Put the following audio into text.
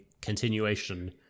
continuation